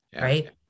Right